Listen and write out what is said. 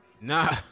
Nah